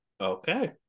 Okay